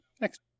next